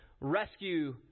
rescue